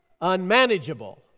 unmanageable